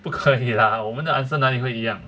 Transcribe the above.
不可以 lah 我们的 answer 哪里会一样